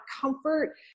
comfort